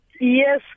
Yes